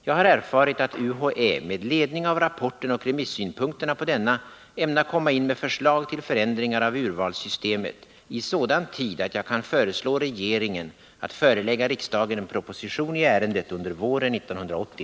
Jag har erfarit att UHÄ med ledning av rapporten och remissynpunkterna på denna ämnar komma in med förslag till förändringar av urvalssystemet i sådan tid att jag kan föreslå regeringen att förelägga riksdagen en proposition i ärendet under våren 1980.